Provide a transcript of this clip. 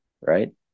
right